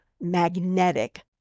magnetic